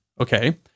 okay